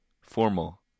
formal